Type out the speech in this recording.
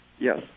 Yes